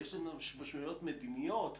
יש לנו רשויות מדיניות וביטחוניות,